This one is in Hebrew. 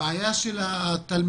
הבעיה של התלמידים,